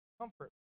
comfort